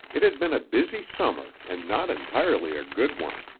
it had been a busy summer and not entirely a good one.